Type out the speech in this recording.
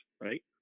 right